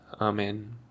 Amen